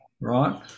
right